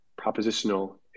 propositional